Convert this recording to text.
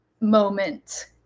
Moment